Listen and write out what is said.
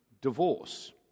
divorce